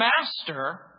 Master